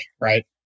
right